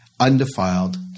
undefiled